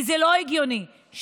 כי זה לא הגיוני שילד